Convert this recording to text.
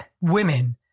women